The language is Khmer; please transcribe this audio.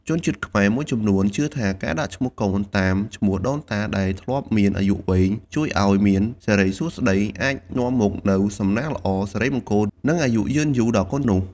ជនជាតិខ្មែរមួយចំនួនជឿថា ការដាក់ឈ្មោះកូនតាមឈ្មោះដូនតាដែលធ្លាប់មានអាយុវែង ជួយអោយមានសិរីសួស្តី អាចនាំមកនូវសំណាងល្អ សិរីមង្គល និងអាយុយឺនយូរដល់កូននោះ។